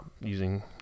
using